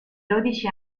dodici